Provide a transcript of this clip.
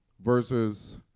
versus